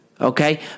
okay